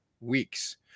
weeks